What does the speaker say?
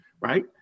right